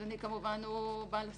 אדוני כמובן הוא בעל הסמכות.